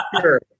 sure